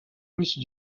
russes